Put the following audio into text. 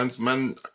man